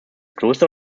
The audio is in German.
kloster